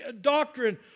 doctrine